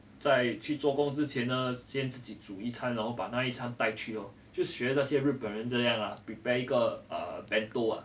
在去做工之前呢先自己煮一餐然后把那一餐带去咯就学那些日本人这样啦 prepare 一个 err bento